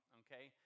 okay